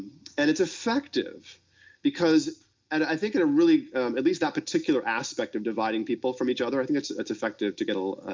and it's effective because and i think in a really at least that particular aspect of dividing people from each other i think it's ah it's effective to get a